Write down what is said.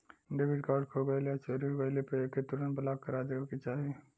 debit card खो गइल या चोरी हो गइले पर एके तुरंत ब्लॉक करा देवे के चाही